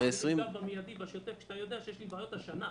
אתה יודע שיש לי בעיות השנה.